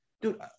dude